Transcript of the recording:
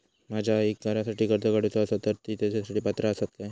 माझ्या आईक घरासाठी कर्ज काढूचा असा तर ती तेच्यासाठी पात्र असात काय?